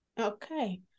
Okay